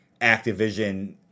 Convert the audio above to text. Activision